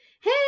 hey